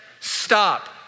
Stop